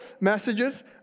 messages